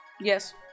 Yes